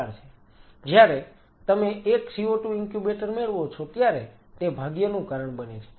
જ્યારે તમે એક CO2 ઇન્ક્યુબેટર મેળવો છો ત્યારે તે ભાગ્યનું કારણ બને છે